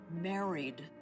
married